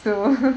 so